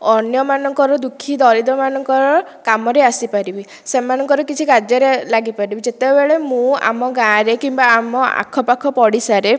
ଅନ୍ୟ ମାନଙ୍କର ଦୁଃଖୀ ଦରିଦ୍ର ମାନଙ୍କର କାମରେ ଆସିପାରିବି ସେମାନଙ୍କର କିଛି କାର୍ଯ୍ୟରେ ଲାଗିପାରିବି ଯେତବେଳେ ମୁଁ ଆମ ଗାଁ ରେ କିମ୍ବା ଆମ ଆଖପାଖ ପଡ଼ିଶାରେ